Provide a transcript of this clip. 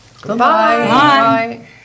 Goodbye